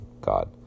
God